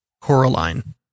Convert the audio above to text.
Coraline